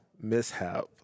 mishap